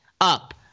up